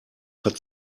hat